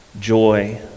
joy